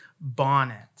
bonnet